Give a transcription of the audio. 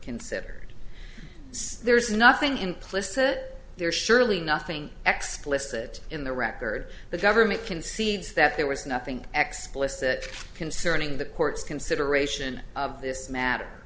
considered there is nothing implicit there surely nothing exploits it in the record the government can see that there was nothing exploits that concerning the court's consideration of this matter